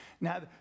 Now